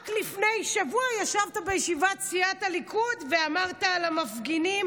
רק לפני שבוע ישבת בישיבת סיעת הליכוד ואמרת על המפגינים